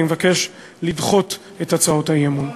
אני מבקש לדחות את הצעות האי-אמון.